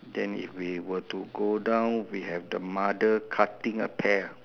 then if we were to go down we have the mother cutting a pear